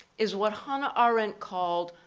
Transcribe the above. is what hannah arendt called,